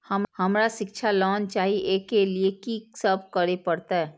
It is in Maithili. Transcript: हमरा शिक्षा लोन चाही ऐ के लिए की सब करे परतै?